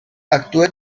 actua